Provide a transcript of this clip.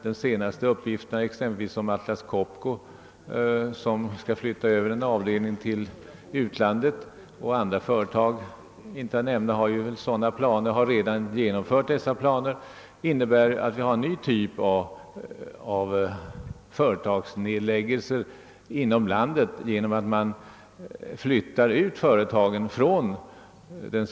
Den senaste nyheten om att Atlas Copco skall flytta över en avdelning till utlandet innebär ju att vi numera har en ny typ av företagsnedläggelse inom landet genom utflyttning av företag från den svenska fosterjorden. Många andra företag har redan genomfört eller har planer i denna riktning.